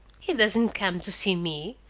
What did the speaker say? he doesn't come to see me!